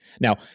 Now